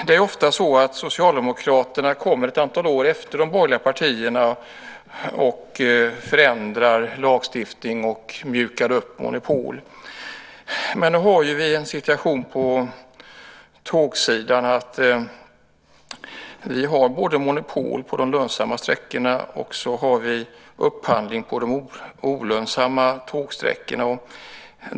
Det är ofta så att Socialdemokraterna ett antal år efter de borgerliga partiernas förslag förändrar lagstiftning och mjukar upp monopol. Men nu har vi den situationen på tågsidan att vi har monopol på de lönsamma sträckorna och upphandling på de olönsamma tågsträckorna.